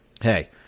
hey